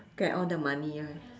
get all the money right